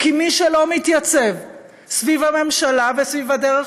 כי מי שלא מתייצב סביב הממשלה וסביב הדרך